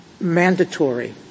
mandatory